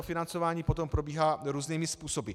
Financování potom probíhá různými způsoby.